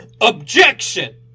OBJECTION